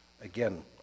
Again